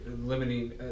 limiting